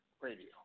Radio